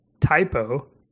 typo